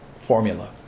formula